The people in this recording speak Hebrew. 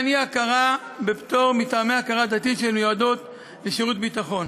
אי-הכרה בפטור מטעמי הכרה דתית של מיועדות לשירות ביטחון.